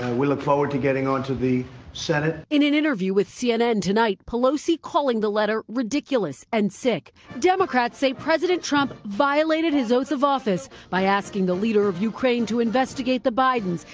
ah we look forward to getting on to the senate. reporter in an interview with cnn tonight, pelosi calling the letter ridiculous and sick. democrats say president trump violated his oath of office by asking the leader of ukraine to investigate the bidens,